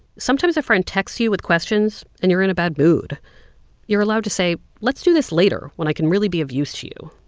sometimes a friend texts you with questions, and you're in a bad mood you're allowed to say, let's do this later, when i can really be of use to you.